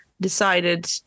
decided